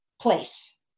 place